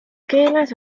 keeles